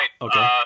Okay